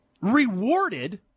rewarded